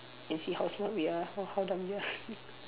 and see how smart we are or how dumb we are